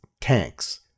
tanks